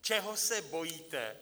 Čeho se bojíte?